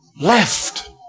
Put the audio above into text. left